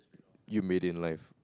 you made it in life